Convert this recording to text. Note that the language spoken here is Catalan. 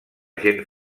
gent